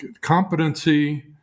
competency